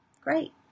great